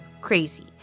Crazy